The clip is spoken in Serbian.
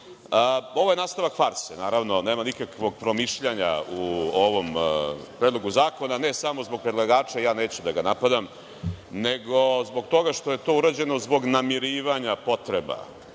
je nastavak farse, naravno, nema nikakvog promišljanja u ovom Predlogu zakona, ne samo zbog predlagača, neću da ga napadam, nego zbog toga što je to urađeno zbog namirivanja potreba,